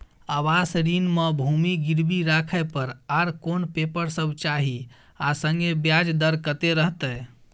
आवास ऋण म भूमि गिरवी राखै पर आर कोन पेपर सब चाही आ संगे ब्याज दर कत्ते रहते?